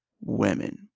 women